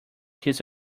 his